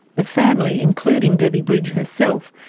the family, including debbie bridge herself,